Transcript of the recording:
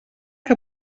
que